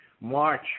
March